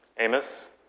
Amos